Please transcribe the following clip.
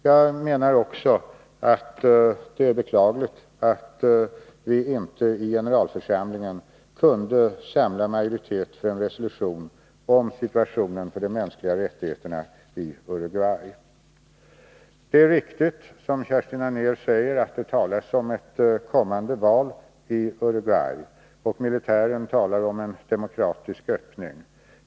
Jag menar också att det är beklagligt att vi inte i generalförsamlingen kunde samla majoritet för en resolution om situationen för de mänskliga rättigheterna i Uruguay. Det är riktigt, som Kerstin Anér säger, att det talas om ett kommande val i Uruguay, och militären talar om en demokratisk öppning.